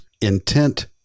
intent